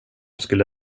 skulle